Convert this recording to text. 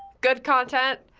good content.